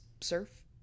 surf